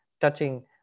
touching